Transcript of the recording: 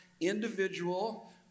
individual